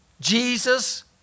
Jesus